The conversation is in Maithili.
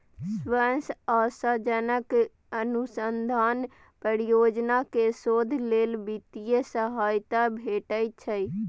सबसं आशाजनक अनुसंधान परियोजना कें शोध लेल वित्तीय सहायता भेटै छै